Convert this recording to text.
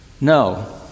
No